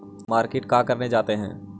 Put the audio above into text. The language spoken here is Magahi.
मार्किट का करने जाते हैं?